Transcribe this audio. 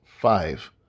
five